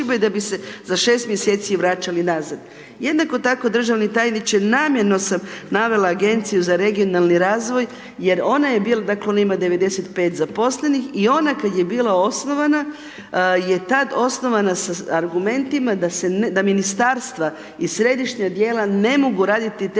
da bi se za 6 mjeseci vraćali nazad. Jednako tako državni tajniče namjerno sam navela Agenciju za regionalni razvoj, jer ona je, dakle ona ima 95 zaposlenih i ona kad je bila osnovana, je tad osnovana sa argumentima da ministarstva i središnja tijela ne mogu raditi te